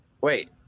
Wait